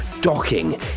Docking